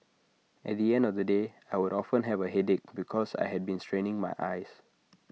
at the end of the day I would often have A headache because I had been straining my eyes